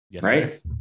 right